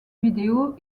vidéo